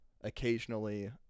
Occasionally